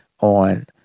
on